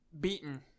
beaten